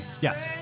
yes